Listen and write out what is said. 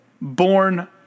born